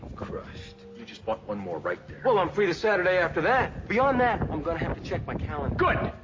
crushed. you just bought one more right there. well, i'm free the saturday after that. beyond that, i'm going to have to check my calendar. good!